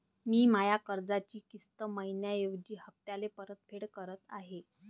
मी माया कर्जाची किस्त मइन्याऐवजी हप्त्याले परतफेड करत आहे